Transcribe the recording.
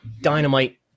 Dynamite